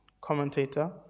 commentator